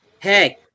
Hey